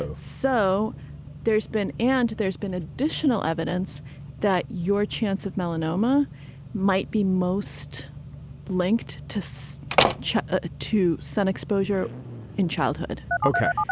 so so there's been and there's been additional evidence that your chance of melanoma might be most linked to so ah to sun exposure in childhood. ok.